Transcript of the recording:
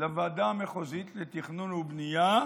לוועדה המחוזית לתכנון ובנייה